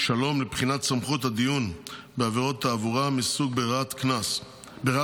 שלום לבחינת סמכות הדיון בעבירות תעבורה מסוג ברירת משפט.